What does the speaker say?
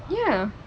ya